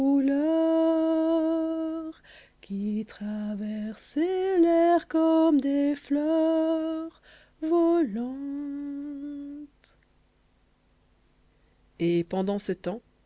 vie pendant ce temps